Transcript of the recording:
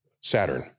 Saturn